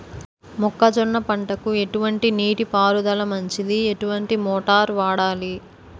మొక్కజొన్న పంటకు ఎటువంటి నీటి పారుదల మంచిది? ఎటువంటి మోటార్ వాడాలి?